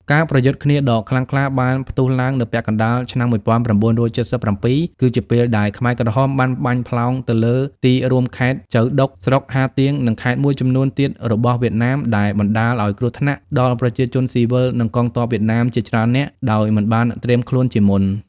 ការប្រយុទ្ធគ្នាដ៏ខ្លាំងក្លាបានផ្ទុះឡើងនៅ ពាក់កណ្តាលឆ្នាំ១៩៧៧ គឺនៅពេលដែលខ្មែរក្រហម បានបាញ់ផ្លោងទៅលើទីរួមខេត្តចូវដុក ស្រុកហាទៀង និងខេត្តមួយចំនួនទៀតរបស់វៀតណាមដែលបណ្តាល ឱ្យគ្រោះថ្នាក់ដល់ប្រជាជនស៊ីវិល និងកងទ័ពវៀតណាមជាច្រើននាក់ដោយមិនបានត្រៀមខ្លួនជាមុន។